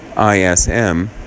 ISM